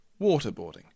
waterboarding